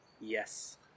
yes